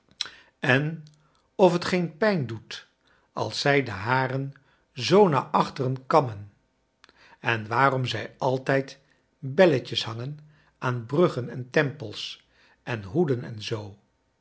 en kleine dokrit of t geen pijn doet als zij de haren zoo naar achteren kammen en waarom zij altijd belletjes hangen aan braggen en ternpels en hoeden en zoo